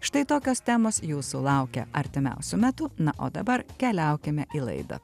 štai tokios temos jūsų laukia artimiausiu metu na o dabar keliaukime į laidą